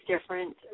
different